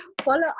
follow